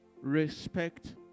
respect